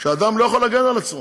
שאדם לא יכול להגן על עצמו,